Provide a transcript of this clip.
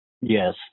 Yes